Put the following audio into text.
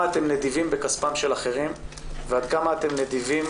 אתם נדיבים בכספם של אחרים ועד כמה אתם נדיבים